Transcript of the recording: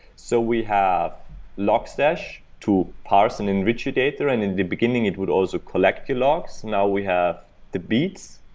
so we have logstash to parse and enrich your data. and in the beginning, it would also collect your logs. now, we have the beats,